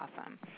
awesome